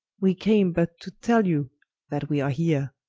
we came but to tell you that wee are here.